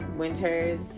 winters